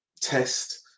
test